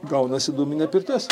gaunasi dūminė pirtis